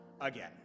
again